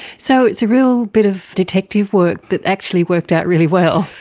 so it's a real bit of detective work that actually worked out really well.